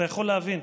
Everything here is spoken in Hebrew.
אתה יכול להבין.